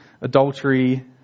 adultery